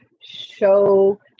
show